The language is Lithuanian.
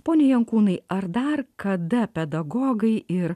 pone jankūnai ar dar kada pedagogai ir